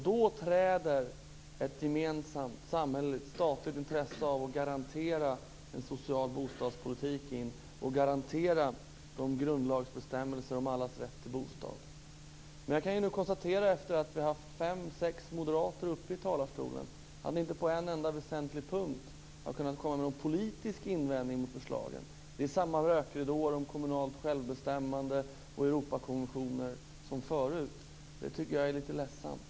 Då träder ett gemensamt, samhälleligt, statligt intresse av att garantera en social bostadspolitik in och garanterar grundlagsbestämmelserna om allas rätt till bostad. Jag kan nu konstatera, sedan fem sex moderater har varit uppe i talarstolen, att ni inte på en enda väsentlig punkt har kunnat komma med någon politisk invändning mot förslagen. Det är samma rökridåer om kommunalt självbestämmande och Europakonventioner som förut. Det tycker jag är lite ledsamt.